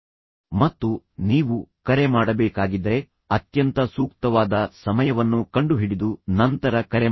ಮತ್ತು ನೀವು ಕರೆ ಮಾಡಬೇಕಾಗಿದ್ದರೆ ಅತ್ಯಂತ ಸೂಕ್ತವಾದ ಸಮಯವನ್ನು ಕಂಡುಹಿಡಿದು ನಂತರ ಕರೆ ಮಾಡಿ